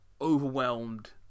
overwhelmed